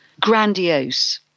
grandiose